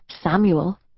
Samuel